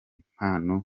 impano